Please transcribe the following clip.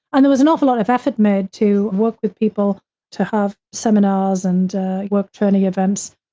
and there was an awful lot of effort made to work with people to have seminars and work training events,